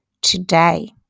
today